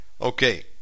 Okay